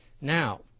now